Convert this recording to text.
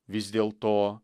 vis dėlto